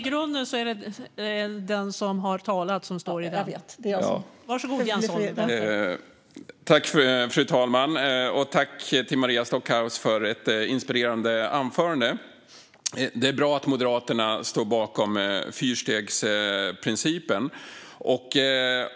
Fru talman! Tack, Maria Stockhaus, för ett inspirerande anförande! Det är bra att Moderaterna står bakom fyrstegsprincipen.